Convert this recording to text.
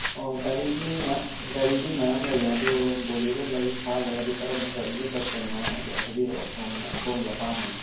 ꯑꯣ ꯒꯥꯔꯤꯗꯤ ꯒꯥꯔꯤꯗꯤ ꯃꯌꯥꯝ ꯂꯩꯌꯦ ꯑꯗꯣ ꯕꯣꯂꯦꯔꯣ ꯂꯩ ꯊꯥꯔ ꯂꯩ ꯑꯗꯨ ꯀꯔꯝꯕ ꯒꯥꯔꯤꯒ ꯆꯠꯇꯣꯏꯅꯣ ꯑꯗꯣ ꯍꯥꯏꯕꯤꯔꯛꯑꯣ ꯁꯣꯝꯅ ꯁꯣꯝꯒꯤ ꯑꯄꯥꯝꯕꯅꯤ